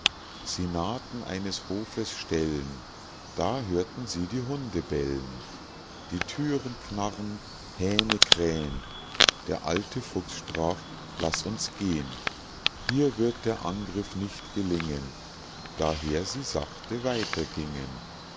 nahten eines hofes ställen da hörten sie die hunde bellen die thüren knarren hähne krähn der alte fuchs sprach laß uns gehn hier wird der angriff nicht gelingen daher sie sachte weiter gingen